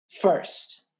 first